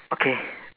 okay